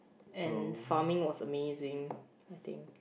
and farming was amazing I think